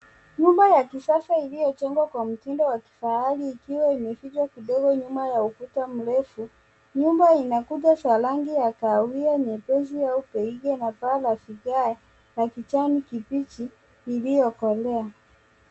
Nyumba ya kisasa iliyojengwa kwa mtindo wa kifahari ikiwa imefichwa kidogo nyuma ya ukuta mrefu, nyumba ina kuta za rangi ya kahawia nyepesi au Beige na paa ya vigae na kijani kibichi iliyokolea.